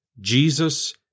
Jesus